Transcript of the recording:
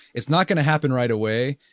it's not going to happen right away,